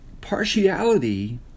Partiality